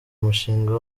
mushinga